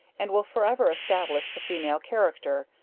and will forever establish the female character,